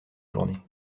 journée